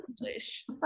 English